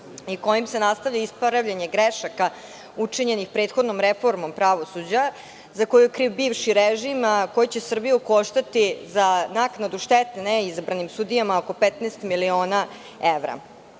i kojim se nastavlja ispravljanje grešaka učinjenih prethodnom reformom pravosuđa za koju je kriv bivši režim, a koja će Srbiju koštati za naknadu štete neizabranim sudijama oko 15 miliona